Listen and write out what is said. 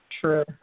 True